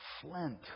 flint